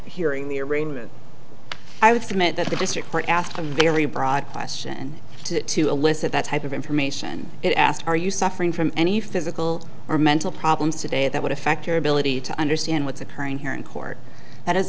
hearing the arraignment i would submit that the district court asked a very broad question to elicit that type of information and asked are you suffering from any physical or mental problems today that would affect your ability to understand what's occurring here in court that is